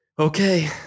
Okay